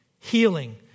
healing